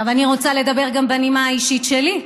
עכשיו אני רוצה לדבר גם בנימה האישית שלי.